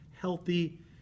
healthy